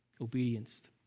obedience